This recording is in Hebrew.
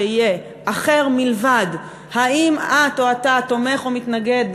שיהיה אחר מלבד: האם את או אתה תומך או מתנגד,